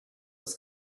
was